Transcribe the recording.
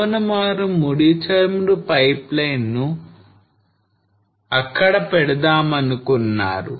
కావున వారు ముడి చమురు పైప్లైన్ ను అక్కడ పెడదామనుకున్నారూ